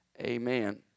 Amen